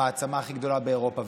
המעצמה הכי גדולה באירופה,